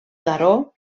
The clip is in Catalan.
daró